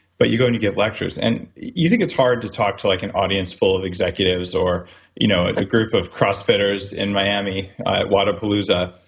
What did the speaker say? but you go and give lectures. and you think it's hard to talk to like an audience full of executives or you know a group of cross fitters in miami at wodapalooza,